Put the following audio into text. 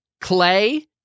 clay